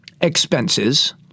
expenses